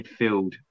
midfield